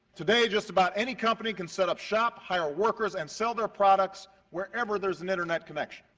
today just about any company can set up shop, hire workers and sell their products wherever there's an internet connection.